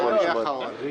אני האחרון.